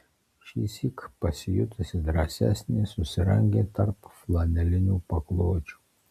šįsyk pasijutusi drąsesnė susirangė tarp flanelinių paklodžių